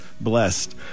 blessed